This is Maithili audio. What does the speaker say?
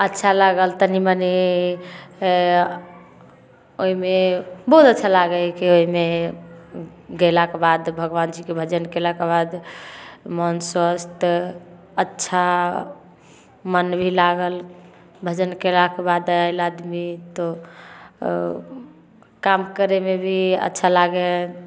अच्छा लागल तनिमनि आओर ओहिमे बहुत अच्छा लागै हइके ओहिमे गैलाके बाद भगवानजीके भजन कएलाके बाद मोन स्वस्थ अच्छा मोन भी लागल भजन कएलाके बाद आएल आदमी तऽ काम करैमे भी अच्छा लागै हइ